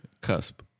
Cusp